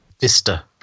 Vista